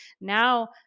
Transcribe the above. now